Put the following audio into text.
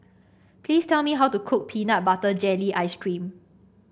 please tell me how to cook Peanut Butter Jelly Ice cream